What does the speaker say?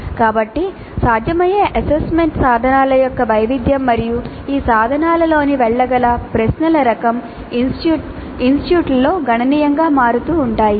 కాబట్టి సాధ్యమయ్యే అసెస్మెంట్ సాధనాల యొక్క వైవిధ్యం మరియు ఈ సాధనాలలోకి వెళ్ళగల ప్రశ్నల రకం ఇన్స్టిట్యూట్లలో గణనీయంగా మారుతూ ఉంటాయి